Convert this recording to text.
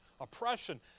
oppression